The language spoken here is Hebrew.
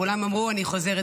כולם אמרו, וגם אני חוזרת.